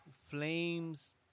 flames